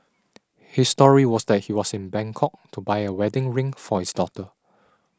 his story was that he was in Bangkok to buy a wedding ring for his daughter